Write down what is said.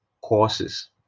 courses